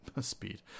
speed